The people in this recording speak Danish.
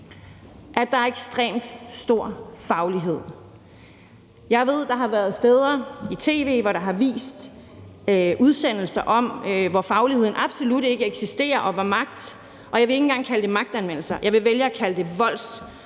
at der er ekstremt stor faglighed. Jeg ved, der er steder, der er blevet vist udsendelser om i tv, hvor fagligheden absolut ikke eksisterer, og hvor der er, jeg vil ikke engang kalde det magtanvendelse, jeg vil vælge at kalde det